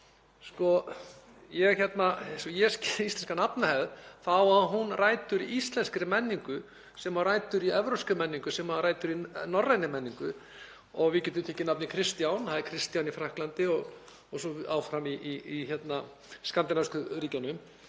og ég skil íslenska nafnahefð þá á hún rætur í íslenskri menningu sem á rætur í norrænni menningu, sem á rætur í evrópskri menningu. Við getum tekið nafnið Kristján, það er Christian í Frakklandi og svo áfram í skandinavísku ríkjunum.